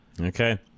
Okay